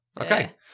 Okay